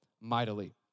mightily